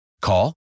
Call